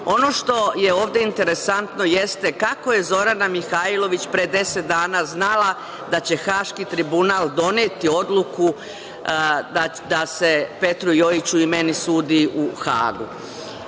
što je ovde interesantno jeste kako je Zorana Mihajlović pre deset dana znala da će Haški tribunal doneti odluku da se Petru Jojiću i meni sudu u Hagu. Naše